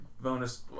bonus